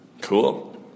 Cool